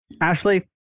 Ashley